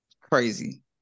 crazy